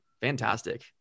fantastic